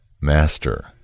Master